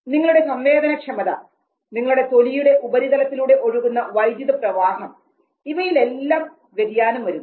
നിങ്ങളുടെ സംവേദനക്ഷമത നിങ്ങളുടെ തൊലിയുടെ ഉപരിതലത്തിലൂടെ ഒഴുകുന്ന വൈദ്യുത പ്രവാഹം ഇവയിലെല്ലാം വ്യതിയാനം വരുന്നു